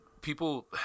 people